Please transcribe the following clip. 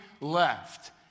left